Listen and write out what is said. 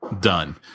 done